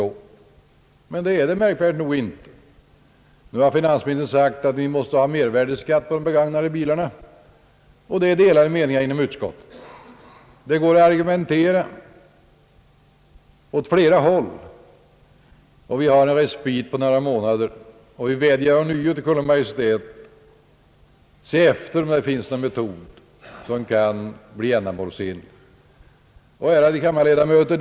Men det är det märkligt nog inte. Nu har finansministern sagt att det måste vara mervärdeskatt på begagnade bilar, men det är delade meningar om det i utskottet. Det går att argumentera på olika sätt, och vi har en respittid på några månader att lägga fram ett förslag. Vi vädjar därför ånyo till Kungl. Maj:t att undersöka om det finns en ändamålsenlig metod att lösa detta. Ärade kammarledamöter!